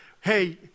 hey